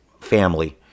family